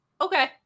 Okay